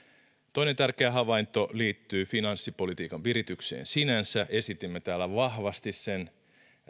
toinen tärkeä havainto liittyy finanssipolitiikan viritykseen sinänsä esitimme täällä vahvasti sen